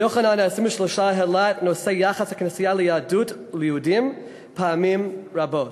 יוחנן ה-23 העלה את נושא יחס הכנסייה ליהדות וליהודים פעמים רבות,